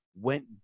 went